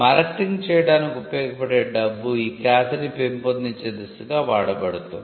marketing చేయడానికి ఉపయోగపడే డబ్బు ఈ ఖ్యాతిని పెంపొందించే దిశగా వాడబడుతుంది